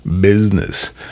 business